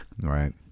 Right